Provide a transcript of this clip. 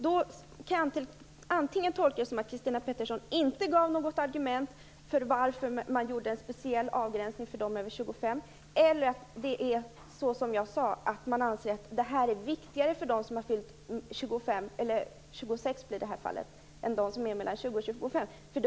Jag tolkar det antingen så, att Christina Pettersson inte gav något argument för att man gjorde en speciell avgränsning för dem som är över 25 år, eller så som jag sade, att detta är viktigare för dem som fyllt 26 än för dem som är mellan 20 och 25 år.